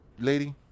lady